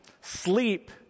sleep